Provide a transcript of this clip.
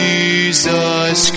Jesus